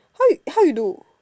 how you how you do